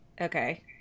Okay